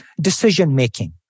decision-making